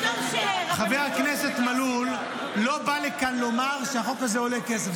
חבר הכנסת מלול לא בא לכאן לומר שהחוק הזה עולה כסף,